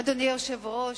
אדוני היושב-ראש,